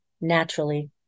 naturally